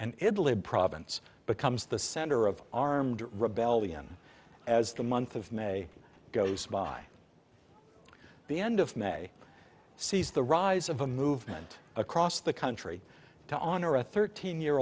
and province becomes the center of armed rebellion as the month of may goes by the end of may seize the rise of a movement across the country to honor a thirteen year